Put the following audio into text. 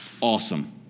Awesome